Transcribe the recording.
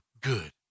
good